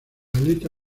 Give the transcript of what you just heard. aleta